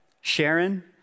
Sharon